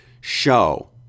show